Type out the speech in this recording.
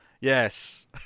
yes